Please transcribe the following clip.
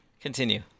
Continue